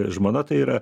žmona tai yra